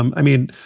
um i mean,